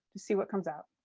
just see what comes out.